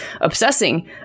obsessing